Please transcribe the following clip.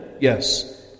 Yes